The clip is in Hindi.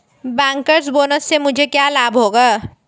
बैंकर्स बोनस से मुझे क्या लाभ होगा?